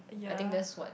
I think that's what